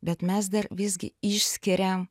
bet mes dar visgi išskiria